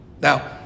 Now